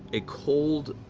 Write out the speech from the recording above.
a cold,